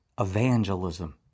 Evangelism